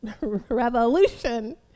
Revolution